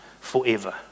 forever